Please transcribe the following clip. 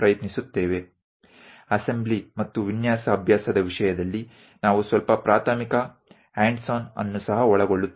અને આપણે એસેમ્બલી અને ડિઝાઇન પ્રેક્ટિસ માટે થોડી પ્રારંભિક પ્રાયોગિક સમજણ મેળવીશું